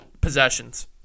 possessions